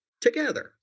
together